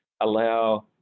allow